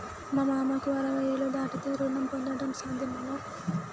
మా మామకు అరవై ఏళ్లు దాటితే రుణం పొందడం సాధ్యమేనా?